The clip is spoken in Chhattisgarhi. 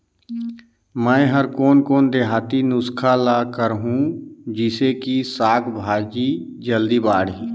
मै हर कोन कोन देहाती नुस्खा ल करहूं? जिसे कि साक भाजी जल्दी बाड़ही?